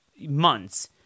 months